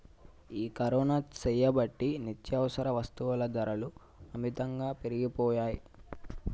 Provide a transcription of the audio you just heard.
ఈ కరోనా సేయబట్టి నిత్యావసర వస్తుల ధరలు అమితంగా పెరిగిపోయాయి